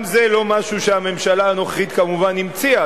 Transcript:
גם זה לא משהו שהממשלה הנוכחית כמובן המציאה.